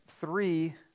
three